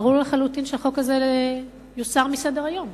ברור לחלוטין שהחוק הזה יוסר מסדר-היום.